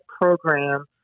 program